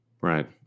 right